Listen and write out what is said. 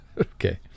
Okay